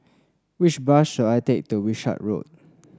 which bus should I take to Wishart Road